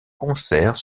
concerts